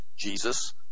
Jesus